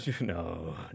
no